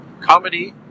Comedy